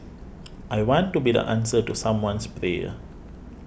I want to be the answer to someone's prayer